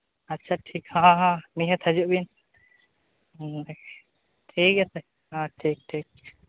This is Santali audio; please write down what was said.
ᱟᱪᱪᱷᱟ ᱴᱷᱤᱠ ᱦᱚᱸᱻ ᱱᱤᱦᱟᱹᱛ ᱦᱟᱹᱡᱩᱜ ᱵᱤᱱ ᱴᱷᱤᱠ ᱟᱪᱷᱮ ᱦᱚᱸ ᱴᱷᱤᱠᱼᱴᱷᱤᱠ